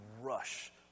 rush